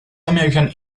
american